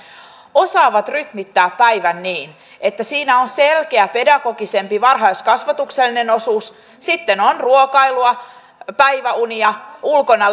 osaavat rytmittää päivän niin että siinä on selkeä pedagogisempi varhaiskasvatuksellinen osuus sitten on ruokailua päiväunia ulkona